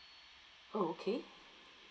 oh okay